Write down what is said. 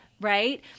right